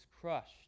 crushed